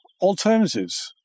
alternatives